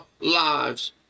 lives